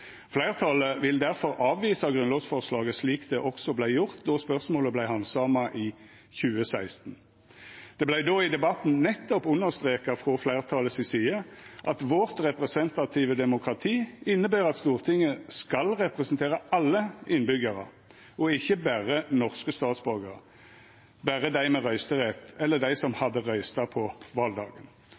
Fleirtalet vil difor avvisa grunnlovsforslaget, slik det også vart gjort då spørsmålet vart handsama i 2016. Det vart då i debatten nettopp understreka frå fleirtalet si side at det representative demokratiet vårt inneber at Stortinget skal representera alle innbyggjarar, og ikkje berre norske statsborgarar, berre dei med røysterett eller dei som hadde røysta på valdagen.